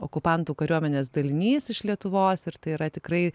okupantų kariuomenės dalinys iš lietuvos ir tai yra tikrai